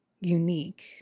unique